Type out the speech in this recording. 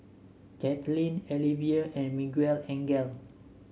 Kathlene Alivia and Miguelangel